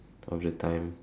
of the time